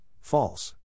false